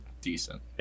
decent